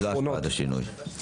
ללא השפעת השינוי.